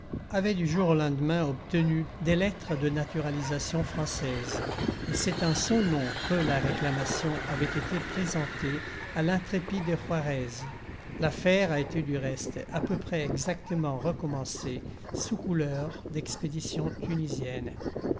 avait du jour au lendemain obtenu des lettres de naturalisation française et c'est en son nom que la réclamation avait été présentée à l'intrépide juarez l'affaire a été du reste à peu près exactement recommencée sous couleur d'expédition tunisienne